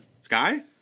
Sky